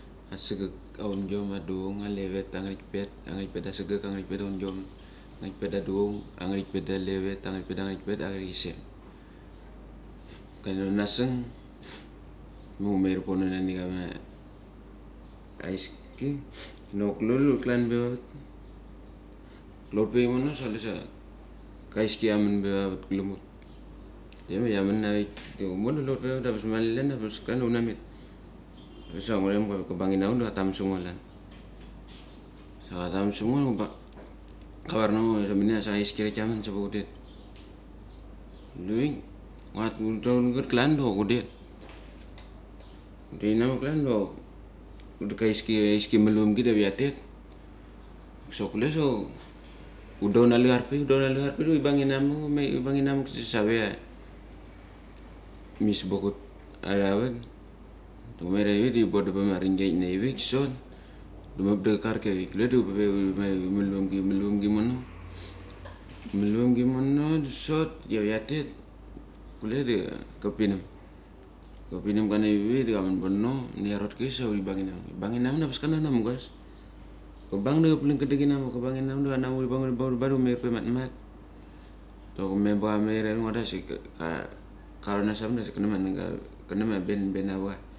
Achega aungiom adu voung, aleve vett, angikpeth angik pettda- achegeg, angikpeth da aungiom angikpeth da atduvoung, angikpeth da aleveveth, angik peth da angikpeth, angichisem. Ok navenaseng pe uumeir pona naniama heiski lnok kulel hut klan be va veth. Kule hut pe imono sa chulesa heiski ckiamen be vavel gelem hut. De ma chiamen avik, da hutmo da kulehut pavet da abes mali klan da abes klan ia hunamet. Kulesa angurem ga pik kabangi navuk da katamensengo ia chivilian. Sa katamensengo da ngu bang. Ka varnango ia asiminia heis ralik kiamen sa hut teth. Ngutlu vik nguat dunda hut kenget klan diva hundet, hundairit namak klan dok hundet ka heiski melvemgi klan da kiave kiatet. Sok kulesok hunda una lecher pik da huchie bang inamak uma hubank iname da save ia, Mrs Bokuth. Da humeir avik da ti bunden ama aringie ik sot. Da mepda karik kiavik kule da hupe huri melpemgi, melpemgi inono melpemgi mono dasot. Kiave kiatet, kule da kapinemga nai vik da kamen pono menia rotki, sa huri bangi namek. Huri bangi namek da angabas klan kana munggas. Kabang da kaplen kedengi, kabang inamak da kanamu huri bangibang da humeir pea matmat. Dok memba kamer avik ungadra asik ka karonas samek ngundra asik ka karonas samek ngundra asik, kananenga, kanama Benben avacha.